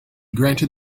granted